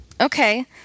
Okay